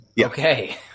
Okay